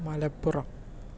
Malappuram